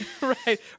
Right